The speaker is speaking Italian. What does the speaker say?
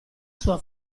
sua